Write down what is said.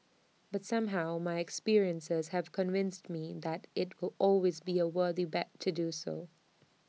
but somehow my experiences have convinced me that IT will always be A worthy bet to do so